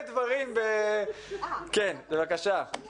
בבקשה.